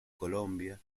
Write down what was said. colombia